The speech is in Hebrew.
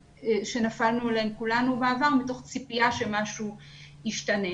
שנפלנו אליהם כולנו בעבר מתוך ציפייה שמשהו ישתנה.